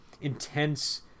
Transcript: intense